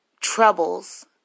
Troubles